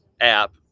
app